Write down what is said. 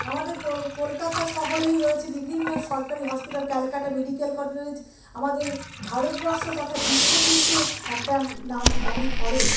আমাদের কলকাতা শহরেই রয়েছে বিভিন্ন সরকারি হসপিটাল ক্যালকাটা মেডিকেল কলেজ আমাদের ভারতবর্ষ তথা বিশ্বে কিন্তু একটা নাম দাবি করে